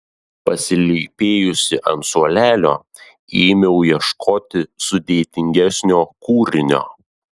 pasilypėjusi ant suolelio ėmiau ieškoti sudėtingesnio kūrinio